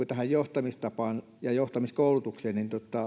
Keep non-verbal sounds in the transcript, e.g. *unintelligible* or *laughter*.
*unintelligible* tähän johtamistapaan ja johtamiskoulutukseen